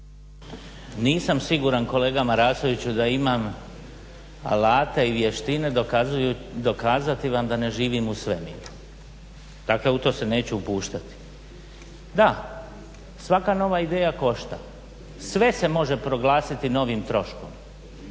Nisam siguran, kolega Marasoviću da imam alata i vještina dokazati vam da ne živim u svemiru. Dakle, u to se neću upuštati. Da, svaka nova ideja košta, sve se može proglasiti novim troškom,